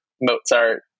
Mozart